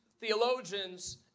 theologians